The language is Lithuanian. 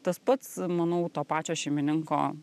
tas pats manau to pačio šeimininko